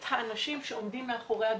את האנשים שעומדים מאחורי הדוחות,